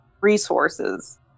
resources